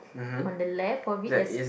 on the left of it there's